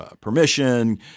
permission